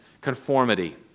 conformity